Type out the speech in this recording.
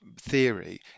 theory